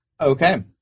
Okay